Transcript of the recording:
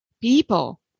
people